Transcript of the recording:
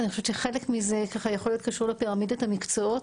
אני חושבת שחלק מזה יכול להיות קשור לפירמידת המקצועות,